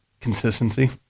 Consistency